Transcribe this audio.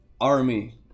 army